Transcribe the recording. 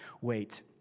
wait